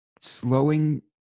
slowing